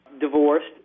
divorced